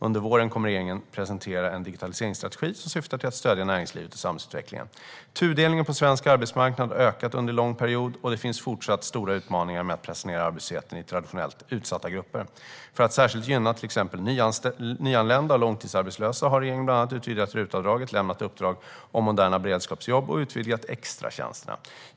Under våren kommer regeringen att presentera en digitaliseringsstrategi som syftar till att stödja näringslivet och samhällsutvecklingen. Tudelningen på svensk arbetsmarknad har ökat under en lång period, och det finns fortsatt stora utmaningar med att pressa ned arbetslösheten i traditionellt utsatta grupper. För att särskilt gynna till exempel nyanlända och långtidsarbetslösa har regeringen bland annat utvidgat RUT-avdraget, lämnat uppdrag om moderna beredskapsjobb och utvidgat extratjänsterna.